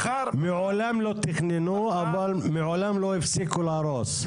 מעולם לא תכננו, אבל מעולם לא הפסיקו להרוס.